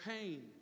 pain